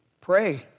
Pray